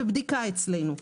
זה בבדיקה אצלנו,